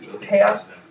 chaos